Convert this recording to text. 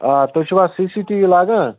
آ تُہۍ چھِوا سی سی ٹی وی لاگان